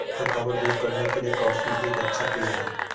थकावट दूर करने के लिए कॉफी एक अच्छा पेय है